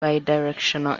bidirectional